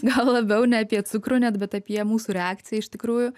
gal labiau ne apie cukrų net bet apie mūsų reakciją iš tikrųjų